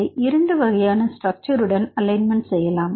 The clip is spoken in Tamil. அதை இரண்டு வகையான ஸ்ட்ரக்சர் உடன் அலைன்மெண்ட் செய்யலாம்